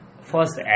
first